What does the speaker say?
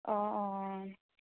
অঁ অঁ